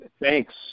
Thanks